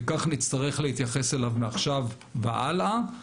וכך נצטרך להתייחס אליו מעכשיו והלאה.